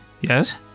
Yes